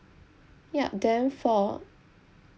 ya then for